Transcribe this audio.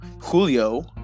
Julio